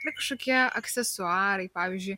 na kažkokie aksesuarai pavyzdžiui